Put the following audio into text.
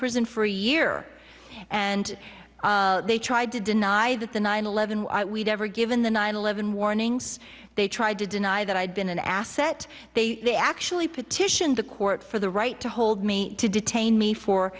prison for a year and they tried to deny that the nine eleven we've never given the nine eleven warnings they tried to deny that i had been an asset they they actually petitioned the court for the right to hold me to detain me for